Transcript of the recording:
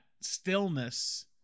stillness